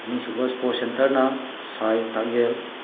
ꯑꯅꯤꯁꯨꯕ ꯁ꯭ꯄꯣꯔꯇ ꯁꯦꯟꯇꯔꯅ ꯁꯥꯏ ꯇꯥꯛꯌꯦꯜ